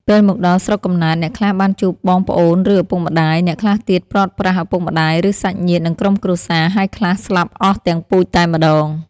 ពេលមកដល់ស្រុកកំណើត អ្នកខ្លះបានជួបបងប្អូនឬឪពុកម្តាយ អ្នកខ្លះទៀតព្រាត់ប្រាសឪពុកម្តាយឬសាច់ញាតិនិងក្រុមគ្រួសារ ហើយខ្លះស្លាប់អស់ទាំងពូជតែម្តង។